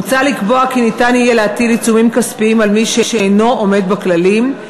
מוצע לקבוע כי ניתן יהיה להטיל עיצומים כספיים על מי שאינו עומד בכללים,